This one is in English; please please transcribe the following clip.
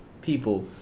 people